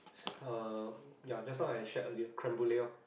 uh ya just now I shared earlier Creme-Brule orh